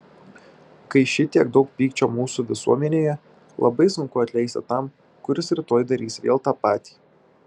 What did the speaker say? kai šitiek daug pykčio mūsų visuomenėje labai sunku atleisti tam kuris rytoj darys vėl tą patį